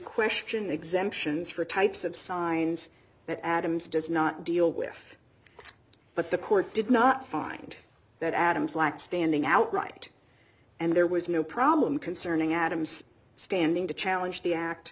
question exemptions for types of signs that adams does not deal with but the court did not find that adams lacked standing outright and there was no problem concerning adams standing to challenge the act